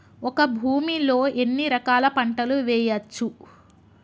ఒక భూమి లో ఎన్ని రకాల పంటలు వేయచ్చు?